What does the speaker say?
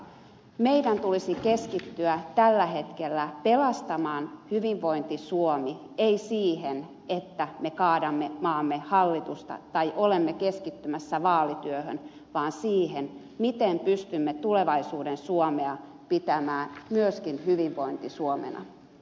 meidän tulisi keskittyä tällä hetkellä pelastamaan hyvinvointi suomi ei siihen että me kaadamme maamme hallitusta tai olemme keskittymässä vaalityöhön vaan siihen miten pystymme tulevaisuuden suomea pitämään myöskin hyvinvointi suomena